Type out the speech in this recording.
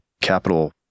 capital